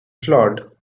flawed